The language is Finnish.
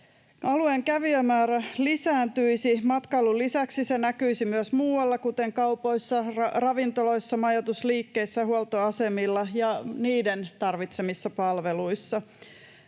Alueen kävijämäärä lisääntyisi. Matkailun lisäksi se näkyisi myös muualla, kuten kaupoissa, ravintoloissa, majoitusliikkeissä, huoltoasemilla ja niiden tarvitsemissa palveluissa.